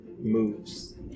moves